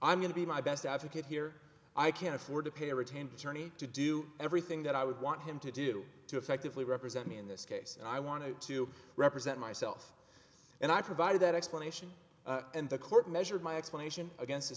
i'm going to be my best advocate here i can't afford to pay retained attorney to do everything that i would want him to do to effectively represent me in this case and i wanted to represent myself and i provided that explanation and the court measured my explanation against the